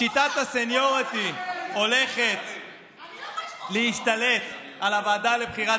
שיטת הסניוריטי, הולכת להשתלט על הוועדה לבחירת